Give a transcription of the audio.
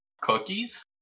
cookies